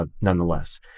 nonetheless